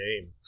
name